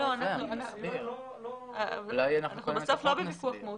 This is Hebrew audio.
אנחנו לא בוויכוח מהותי.